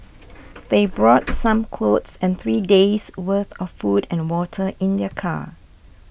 they brought some clothes and three days' worth of food and water in their car